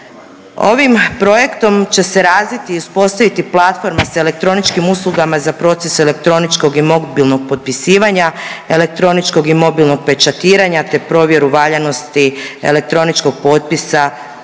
projektom će se razviti i uspostaviti platforma sa elektroničkim uslugama za proces elektroničnog i mobilnog potpisivanja, elektroničnog i mobilnog pečatiranja, te provjeru valjanosti elektroničnog potpisa